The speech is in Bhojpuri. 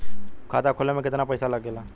खाता खोले में कितना पईसा लगेला?